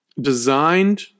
designed